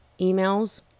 emails